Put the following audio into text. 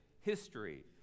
history